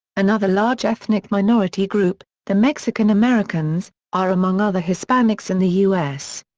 another large ethnic minority group, the mexican-americans, are among other hispanics in the u s.